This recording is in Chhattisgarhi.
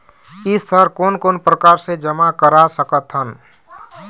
किस्त हर कोन कोन प्रकार से जमा करा सकत हन?